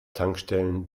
tankstellen